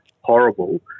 horrible